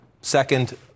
Second